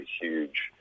huge